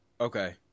Okay